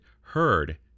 heard